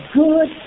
good